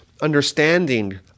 understanding